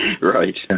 Right